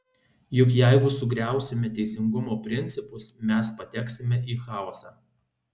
juk jeigu sugriausime teisingumo principus mes pateksime į chaosą